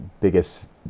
biggest